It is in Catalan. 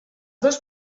dos